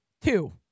Two